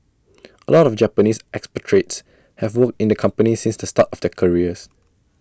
A lot of the Japanese expatriates have worked in the company since the start of their careers